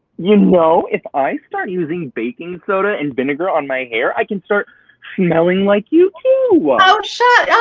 you know, if i start using baking soda and vinegar on my hair, i can start smelling like you, too. oh, shut yeah